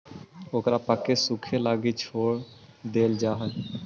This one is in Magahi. ओकरा पकके सूखे लगी छोड़ देल जा हइ